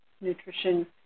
nutrition